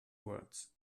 words